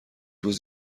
روز